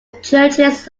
churches